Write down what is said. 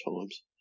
times